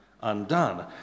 undone